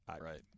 Right